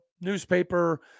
newspaper